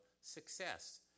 success